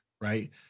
right